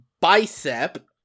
Bicep